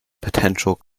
potential